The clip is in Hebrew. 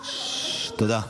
תודה.